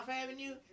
Avenue